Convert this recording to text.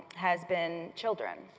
has been children.